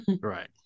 Right